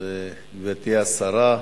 גברתי השרה,